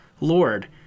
Lord